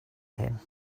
him